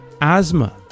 asthma